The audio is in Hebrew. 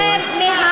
למנוע ולהילחם,